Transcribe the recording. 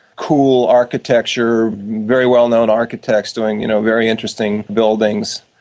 cool architecture, very well-known architects doing you know very interesting buildings,